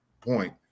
point